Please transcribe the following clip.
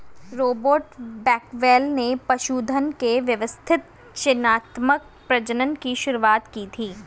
Robert Bakewell ने पशुधन के व्यवस्थित चयनात्मक प्रजनन की शुरुआत की थी